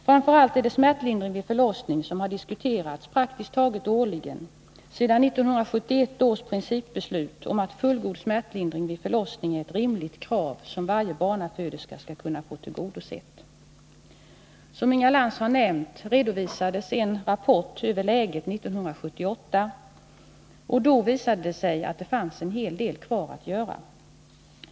Framför allt är det smärtlindring vid förlossning som har diskuterats praktiskt taget årligen alltsedan 1971 års principbeslut om att fullgod smärtlindring vid förlossning är ett rimligt krav som varje barnaföderska skall kunna få tillgodosett. Som Inga Lantz har nämnt, redovisades en rapport över läget 1978. Då visade det sig att det fanns en hel del kvar att göra.